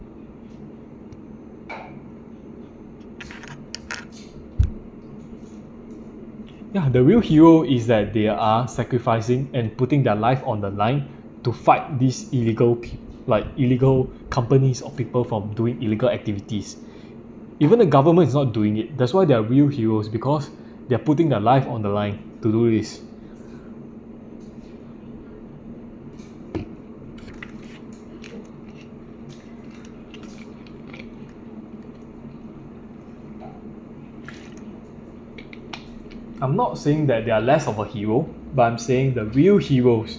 ya the real hero is that they are sacrificing and putting their life on the line to fight these illegal like illegal companies or people from doing illegal activities even the government is not doing it that's why they are real heroes because they're putting the life on the line to do this I'm not saying that they're less of a hero but I'm saying the real heroes